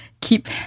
keep